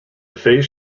phase